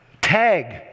tag